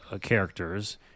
characters